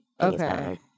Okay